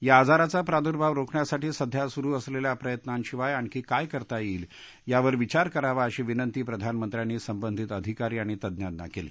या आजाराचा प्रादुर्भाव रोखण्यासाठी सध्या सुरू असलव्धिा प्रयत्नांशिवाय आणखी काय करता यईक यावर विचार करावा अशी विनंती प्रधानमंत्र्यांनी संबंधित अधिकारी आणि तज्ञांना कल्ती